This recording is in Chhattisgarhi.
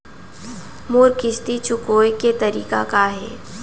मोर किस्ती चुकोय के तारीक का हे?